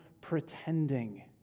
pretending